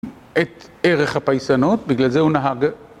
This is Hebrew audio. את ערך הפייסנות, בגלל זה הוא נהג